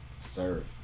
Serve